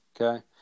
okay